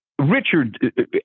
Richard